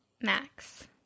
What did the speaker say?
Max